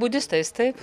budistais taip